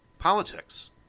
Politics